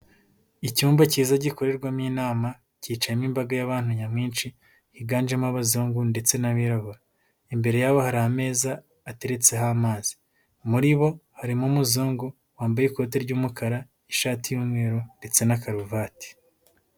Icyumba cyiza gikorerwamo inama, cyicayemo imbaga y'abantu nyamwinshi, higanjemo abazungu ndetse n'abirabura. Imbere yabo hari ameza ateretseho amazi. Muri bo harimo umuzungu, wambaye ikote ry'umukara, ishati y'umweru ndetse na karuvati.